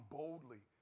boldly